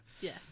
Yes